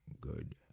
Good